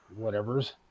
whatevers